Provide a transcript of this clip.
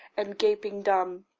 and gaping-dumb,